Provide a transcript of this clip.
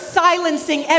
silencing